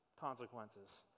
consequences